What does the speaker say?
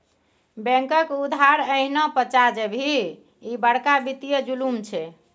बैंकक उधार एहिना पचा जेभी, ई बड़का वित्तीय जुलुम छै